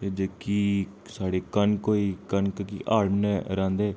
ते जेह्की साढ़ी कनक होई कनक गी हाड़ म्हीने रांह्दे